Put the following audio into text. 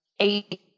Eight